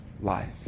life